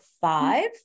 five